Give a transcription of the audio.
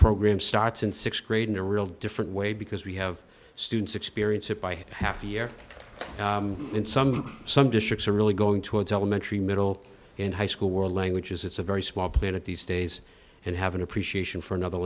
program starts in sixth grade in a real different way because we have students experience it by half a year and some some districts are really going towards elementary middle and high school were languages it's a very small planet these days and have an appreciation for another